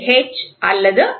H அல்லது L